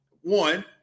One